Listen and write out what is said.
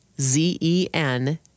Z-E-N